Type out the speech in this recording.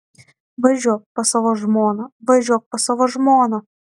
važiuok pas savo žmoną važiuok pas savo žmoną